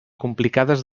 complicades